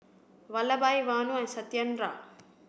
Vallabhbhai Vanu and Satyendra